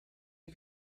you